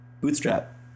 Bootstrap